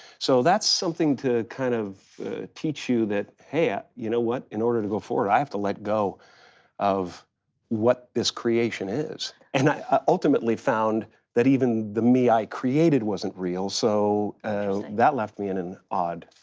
so that's something to kind of teach you that, hey, ah you know what, in order to go forward i have to let go of what this creation is. and i ultimately found that even the me i created wasn't real, so. interesting. so that left me in an odd,